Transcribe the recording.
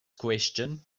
question